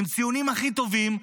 עם ציונים הכי טובים,